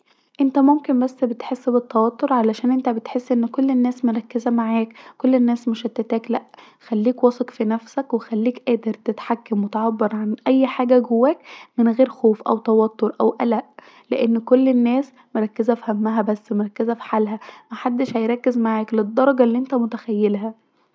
انت ممكن بس بتحس بالتوتر عشان انت بتحس أن كل الناس مركزه معاك وان الناس مشتتاك لا خليك واثق في نفسك وخليك قادر تتحكم وتعبر عن اي حاجه جواك من غير خوف أو توتر أو قلق لأن كل الناس مركزه في هما بس ومركزه في حالها محدش هيركز معاك للدرجه الي انت متخيلها